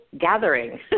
gathering